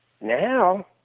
Now